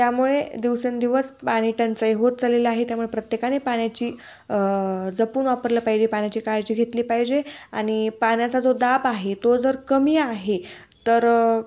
त्यामुळे दिवसेंदिवस पाणीटंचाई होत चाललेलं आहे त्यामुळे प्रत्येकाने पाण्याची जपून वापरलं पाहिजे पाण्याची काळजी घेतली पाहिजे आणि पाण्याचा जो दाब आहे तो जर कमी आहे तर